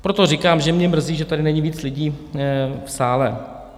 Proto říkám, že mě mrzí, že tady není víc lidí v sále.